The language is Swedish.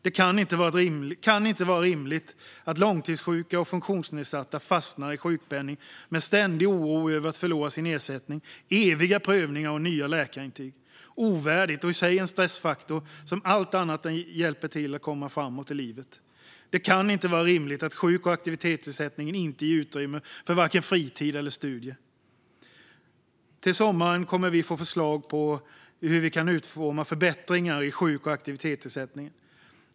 Det kan inte vara rimligt att långtidssjuka och funktionsnedsatta fastnar i sjukpenning med ständig oro över att förlora sin ersättning samt med eviga prövningar och nya läkarintyg. Detta är ovärdigt och i sig en stressfaktor som verkligen inte hjälper till med att komma framåt i livet. Det kan inte heller vara rimligt att sjuk och aktivitetsersättningen inte ger utrymme för vare sig fritid eller studier. Till sommaren kommer vi att få förslag på hur vi kan utforma förbättringar i sjuk och aktivitetsersättningen.